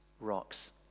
rocks